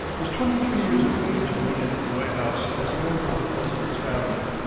was twenty-three years of age when he entered the white house as a member of the president's family.